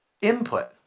input